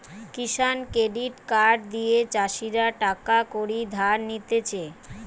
কিষান credit card দিয়ে চাষীরা টাকা কড়ি ধার নিতেছে